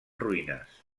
ruïnes